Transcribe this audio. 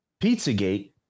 Pizzagate